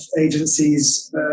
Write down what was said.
agencies